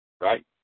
right